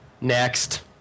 Next